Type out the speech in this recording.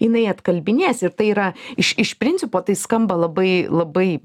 jinai atkalbinės ir tai yra iš iš principo tai skamba labai labai